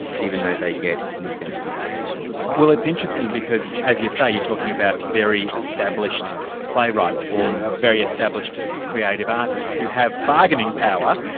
even though they get significant publication. well it's interesting, because as you say, you're talking about very established playwrights or very established ah creative artists who have bargaining power,